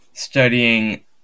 studying